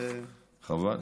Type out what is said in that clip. חבל.